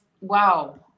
wow